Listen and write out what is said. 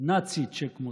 נאצית שכמותך.